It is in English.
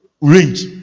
range